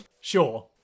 Sure